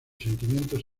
sentimientos